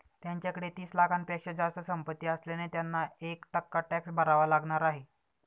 त्यांच्याकडे तीस लाखांपेक्षा जास्त संपत्ती असल्याने त्यांना एक टक्का टॅक्स भरावा लागणार आहे